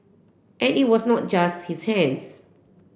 and it was not just his hands